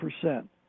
percent